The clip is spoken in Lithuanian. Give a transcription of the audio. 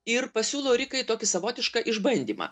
ir pasiūlo rikai tokį savotišką išbandymą